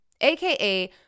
aka